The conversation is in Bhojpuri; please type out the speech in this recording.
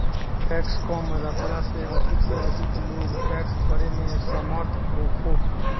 टैक्स कम रखला से अधिक से अधिक लोग टैक्स भरे में समर्थ होखो